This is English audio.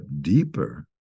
deeper